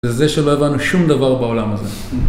זה שלא הבנו שום דבר בעולם הזה.